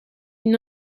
une